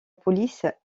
police